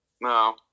No